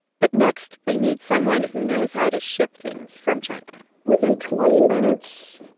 but next, they need someone who knows how to ship things from china within twenty minutes,